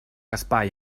espai